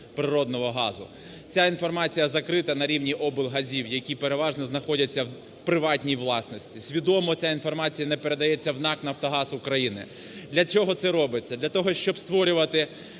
природного газу, ця інформація закрита на рівні облгазів, які переважно знаходяться у приватній власності. Свідомо ця інформація не передається в НАК "Нафтогаз України". Для чого це робиться? Для того, щоб створювати